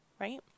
Right